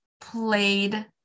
played